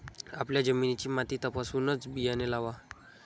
आपल्या जमिनीची माती तपासूनच बियाणे लावा